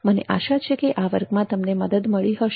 મને આશા છે કે આ વર્ગમાં તમને મદદ મળી હશે